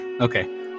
okay